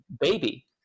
baby